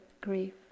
grief